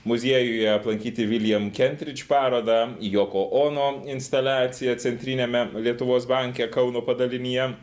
muziejuje aplankyti william kentridge parodą yoko ono instaliaciją centriniame lietuvos banke kauno padalinyje